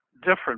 different